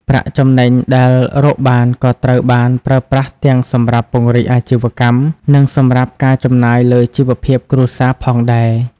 ប្រាក់ចំណេញដែលរកបានក៏ត្រូវបានប្រើប្រាស់ទាំងសម្រាប់ពង្រីកអាជីវកម្ម និងសម្រាប់ការចំណាយលើជីវភាពគ្រួសារផងដែរ។